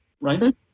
right